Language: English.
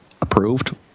approved